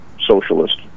socialist